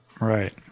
Right